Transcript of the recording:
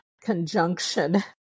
conjunction